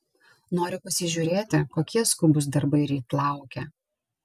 noriu pasižiūrėti kokie skubūs darbai ryt laukia